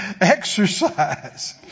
Exercise